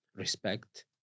Respect